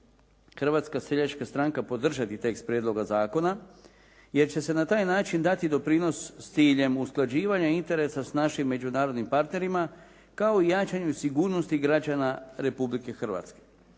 Hrvatska seljačka stranka podržati tekst prijedloga zakona jer će se na taj način dati doprinos s ciljem usklađivanja interesa s našim međunarodnim partnerima kao i jačanje sigurnosti građana Republike Hrvatske.